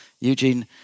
Eugene